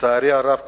לצערי הרב,